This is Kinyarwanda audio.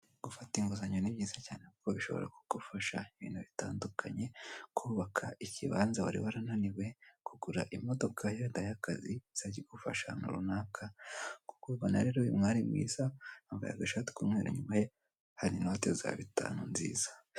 Gufata inguzanyo ni byiza cyane, kuko bishobora kugufasha ibintu bitandukanye: kubaka ikibanza wari warananiwe, kugura imodoka wenda y'akazi izajya igufasha mu bintu runaka, nk'uko ubona rero uyu mwari mwiza wambaye agashati k'umweru inyuma ye hari inoto za bitanu nziza.